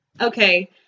Okay